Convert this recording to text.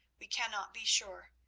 we cannot be sure,